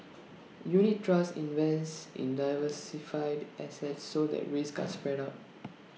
unit trusts invest in diversified assets so that risks are spread out